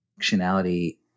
functionality